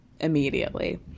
immediately